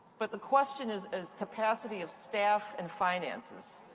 but the question is is capacity of staff and finances.